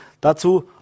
dazu